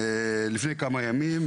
לפני כמה ימים,